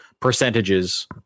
percentages